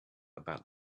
about